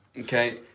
Okay